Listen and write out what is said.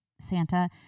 Santa